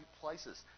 places